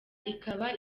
ikaba